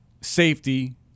safety